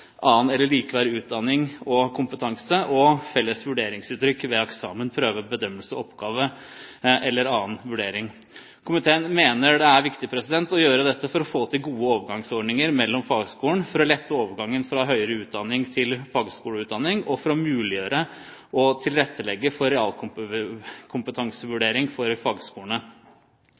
eller innpassing av annen likeverdig utdanning og kompetanse, og felles vurderingsuttrykk ved eksamen, prøve, bedømmelse av oppgave eller annen vurdering. Komiteen mener det er viktig å gjøre dette for å få til gode overgangsordninger mellom fagskoler for å lette overgang fra høyere utdanning til fagskoleutdanning og for å muliggjøre og tilrettelegge for realkompetansevurdering for